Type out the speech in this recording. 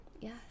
Yes